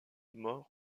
mort